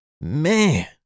Man